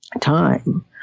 time